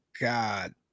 God